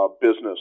business